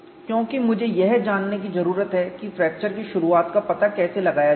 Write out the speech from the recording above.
क्योंकि मुझे यह जानने की जरूरत है कि फ्रैक्चर की शुरुआत का पता कैसे लगाया जाए